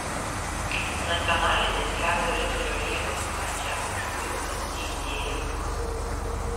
nacionalinės ledo ritulio lygos mače užpultas teisėjas